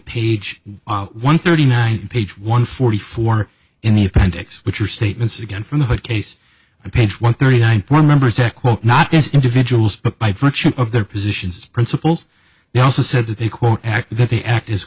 page one thirty nine page one forty four in the appendix which are statements again from the hood case and page one thirty nine thousand members to quote not as individuals but by virtue of their positions principles they also said that they quote act that the act